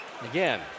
Again